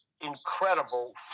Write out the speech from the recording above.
incredible